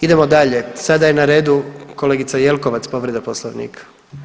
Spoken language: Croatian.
Idemo dalje, sada je na redu kolegica Jelkovac, povreda Poslovnika.